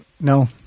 no